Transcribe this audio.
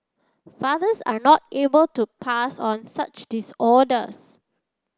fathers are not able to pass on such disorders